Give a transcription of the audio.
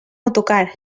autocar